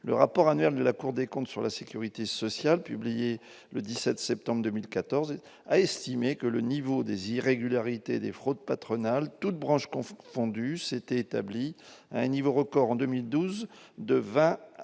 le rapport annuel de la Cour des comptes sur la sécurité sociale publié le 17 septembre 2014 indique que le montant des irrégularités et fraudes patronales, toutes branches confondues, a atteint, en 2012, un niveau record, entre 20,1